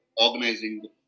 organizing